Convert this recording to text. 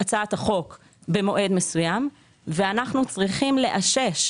הצעת החוק במועד מסוים ואנחנו צריכים לאשש,